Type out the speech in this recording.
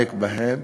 להתעמק בהם